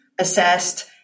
assessed